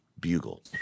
bugle